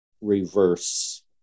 reverse